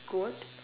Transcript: goat